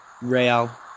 Real